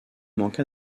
manqua